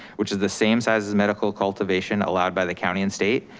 which is the same size as medical cultivation allowed by the county and state.